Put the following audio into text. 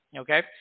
Okay